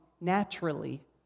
naturally